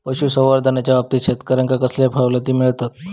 पशुसंवर्धनाच्याबाबतीत शेतकऱ्यांका कसले सवलती मिळतत?